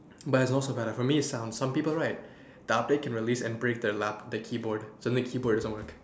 but is not so bad for me is sound some people right the update can release and break the lap~ the keyboard so then the keyboard doesn't work